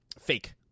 Fake